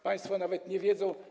Państwo nawet nie wiedzą.